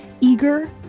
Eager